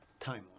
timeline